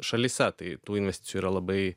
šalyse tai tų investicijų yra labai